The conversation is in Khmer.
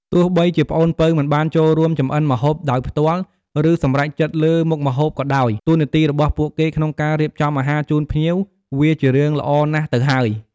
ទោះបីជាប្អូនពៅមិនបានចូលរួមចម្អិនម្ហូបដោយផ្ទាល់ ឬសម្រេចចិត្តលើមុខម្ហូបក៏ដោយ តួនាទីរបស់ពួកគេក្នុងការរៀបចំអាហារជូនភ្ញៀវវាជារឿងល្អណាស់ទៅហើយ។